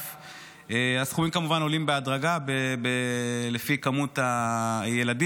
הסכומים כמובן עולים בהדרגה לפי כמות הילדים,